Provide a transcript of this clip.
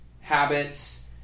habits